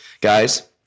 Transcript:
guys